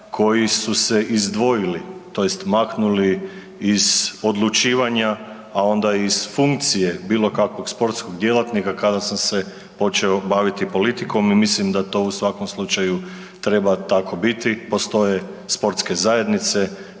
koji su se izdvojili tj. maknuli iz odlučivanja, a onda i iz funkcije bilo kakvog sportskog djelatnika kada sam se počeo baviti politikom i mislim da to u svakom slučaju treba tako biti. Postoje sportske zajednice